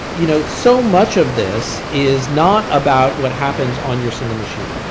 you know so much of this is not about what happens on your single machine.